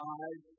eyes